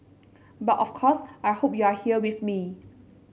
but of course I hope you're here with me